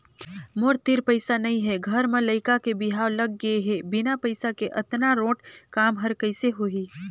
मोर तीर पइसा नइ हे घर म लइका के बिहाव लग गे हे बिना पइसा के अतना रोंट काम हर कइसे होही